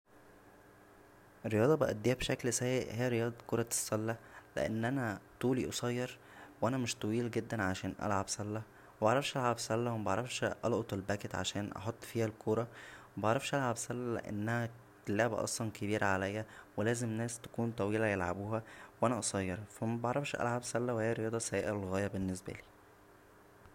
رياضه باديها بشكل سىء هى رياضة كرة السله لان انا طولى قصير وانا مش طويل جدا عشان العب سله و مبعرفش العب سله و مبعرفش القط الباكيت عشان احط فيها الكوره و مبعرفش العب سله لانها لعبه اصلا كبيره عليا ولازم ناس تكون طويله يلعبوها و انا قصير فا مبعرفش العب سله وهى رياضه سيئه للغايه بالنسبالى